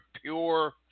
pure